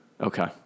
Okay